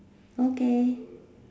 okay